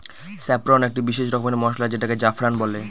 saffron একটি বিশেষ রকমের মসলা যেটাকে জাফরান বলে